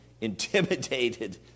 intimidated